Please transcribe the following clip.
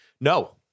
No